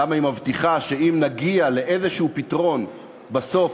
למה היא מבטיחה שאם נגיע לפתרון כלשהו בסוף,